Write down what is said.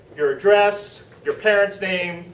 your address, your parents' names,